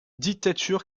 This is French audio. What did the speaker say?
dictature